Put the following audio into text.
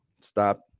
stop